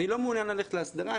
שהוא לא מעוניין ללכת להסדרה,